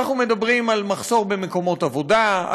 אנחנו מדברים על מחסור במקומות עבודה,